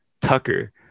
tucker